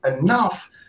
enough